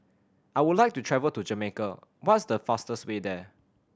I would like to travel to Jamaica what is the fastest way there